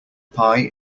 pie